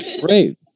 Great